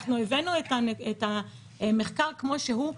אנחנו הבאנו את המחקר כמו שהוא.